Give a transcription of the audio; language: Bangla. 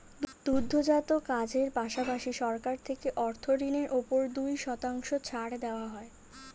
দুগ্ধজাত কাজের পাশাপাশি, সরকার থেকে অর্থ ঋণের উপর দুই শতাংশ ছাড় দেওয়া হয়